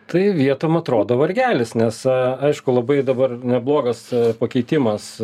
tai vietom atrodo vargelis nes aišku labai dabar neblogas pakeitimas